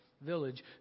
village